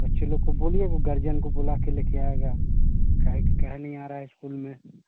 बच्चे लोग को बोलिए वह गार्जियन को बोला के लेकर आएगा काहे कि काहे नहीं आ रहा है इस्कूल में